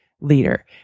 leader